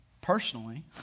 personally